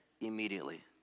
immediately